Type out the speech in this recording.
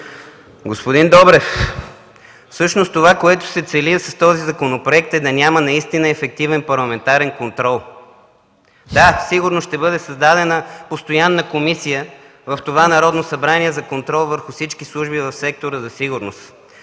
Господин Добрев, това, което се цели с този законопроект, е да няма ефективен парламентарен контрол. Да, със сигурност ще бъде създадена постоянна комисия в това Народно събрание за контрол върху всички служби в сектора за сигурност,